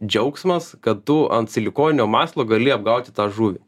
džiaugsmas kad tu ant silikoninio masalo gali apgauti tą žuvį